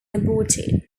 aborted